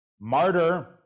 Martyr